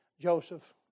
joseph